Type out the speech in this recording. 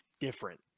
different